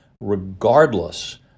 regardless